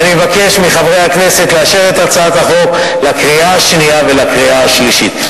ואני מבקש מחברי הכנסת לאשר אותה בקריאה השנייה ובקריאה השלישית.